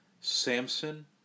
Samson